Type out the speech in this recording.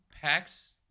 packs